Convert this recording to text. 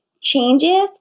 changes